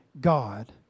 God